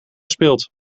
speelt